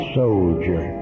soldier